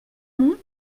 hamon